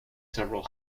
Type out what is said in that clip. several